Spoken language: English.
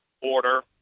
Order